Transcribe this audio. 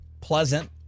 pleasant